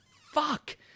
fuck